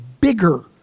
bigger